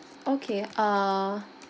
okay err